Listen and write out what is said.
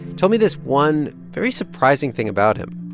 told me this one very surprising thing about him.